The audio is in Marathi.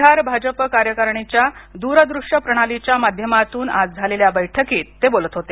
बिहार भाजप कार्यकारिणीच्या दुरदृष्य प्रणालीच्या माध्यमातून आज झालेल्या बैठकीत ते बोलत होते